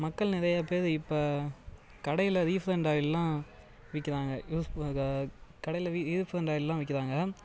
மக்கள் நிறையா பேர் இப்போ கடையில் ரீஃபைண்ட் ஆயிலெலாம் விற்கிறாங்க யூஸ் கடையில் ரீஃபைண்ட் ஆயிலெலாம் விற்கிறாங்க